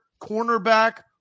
cornerback